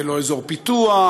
זה לא אזור פיתוח,